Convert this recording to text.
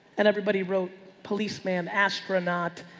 and everybody wrote police, man, astronaut,